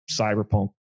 cyberpunk